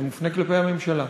זה מופנה כלפי הממשלה: